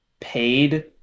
paid